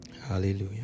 hallelujah